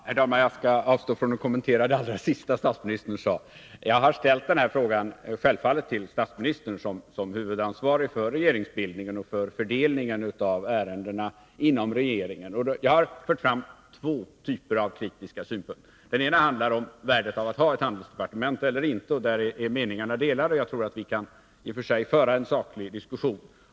Herr talman! Jag skall avstå från att kommentera det allra sista statsministern sade. Jag har självfallet ställt den här frågan till statsministern, eftersom han är huvudansvarig för regeringsbildningen och för fördelningen av ärendena inom regeringen. Jag har fört fram två typer av kritiska synpunkter. Den ena handlar om värdet av att ha ett handelsdepartement. Där är meningarna delade, men jag tror att vi i och för sig kan föra en saklig diskussion.